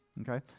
Okay